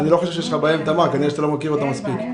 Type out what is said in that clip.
אני חושב שאם הצרכים החברתיים הסוציאליים,